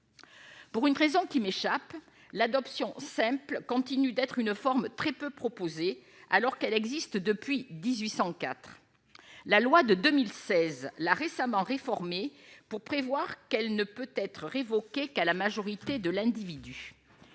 pour une raison qui m'échappe, l'adoption simple continue d'être une forme très peu, alors qu'elle existe depuis 1804 la loi de 2016 la récemment réformé pour prévoir qu'elle ne peut être révoquée qu'à la majorité de l'individu,